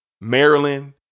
Maryland